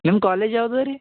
ನಿಮ್ಮ ಕಾಲೇಜ್ ಯಾವ್ದು ರೀ